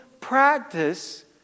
practice